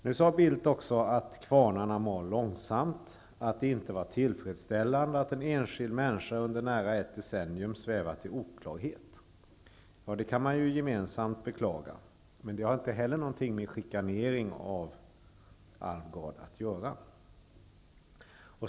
Nu sade Carl Bildt också att kvarnarna mal långsamt, och att det inte var tillfredsställande att en enskild människa under nära ett decennium svävat i oklarhet. Ja, det kan vi ju gemensamt beklaga. Men det har inte heller någonting med chikanering av Alvgard att göra.